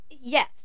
yes